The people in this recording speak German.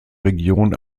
region